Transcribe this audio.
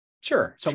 Sure